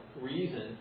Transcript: reason